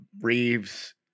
Reeves